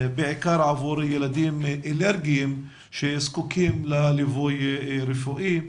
בעיקר עבור ילדים אלרגיים שזקוקים לליווי רפואי,